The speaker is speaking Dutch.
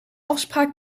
afspraak